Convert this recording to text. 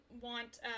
want